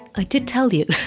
i did tell you.